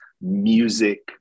music